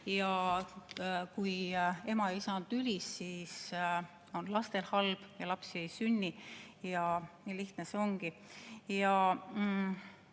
Kui ema ja isa on tülis, siis on lastel halb ja lapsi ei sünni. Nii lihtne see ongi.